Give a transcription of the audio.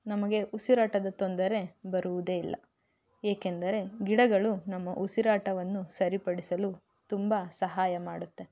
ನಮಗೆ ಉಸಿರಾಟದ ತೊಂದರೆ ಬರುವುದೇ ಇಲ್ಲ ಏಕೆಂದರೆ ಗಿಡಗಳು ನಮ್ಮ ಉಸಿರಾಟವನ್ನು ಸರಿಪಡಿಸಲು ತುಂಬ ಸಹಾಯ ಮಾಡುತ್ತೆ